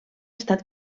estat